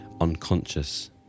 unconscious